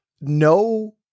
no